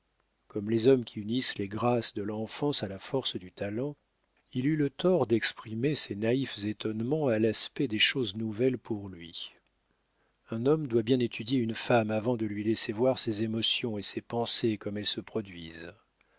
comme les hommes qui unissent les grâces de l'enfance à la force du talent il eut le tort d'exprimer ses naïfs étonnements à l'aspect des choses nouvelles pour lui un homme doit bien étudier une femme avant de lui laisser voir ses émotions et ses pensées comme elles se produisent